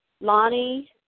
Lonnie